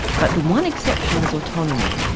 but the one exception was autonomy,